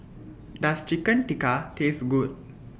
Does Chicken Tikka Taste Good